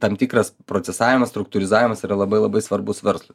tam tikras procesavimas struktūrizavimas yra labai labai svarbus verslui